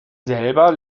selber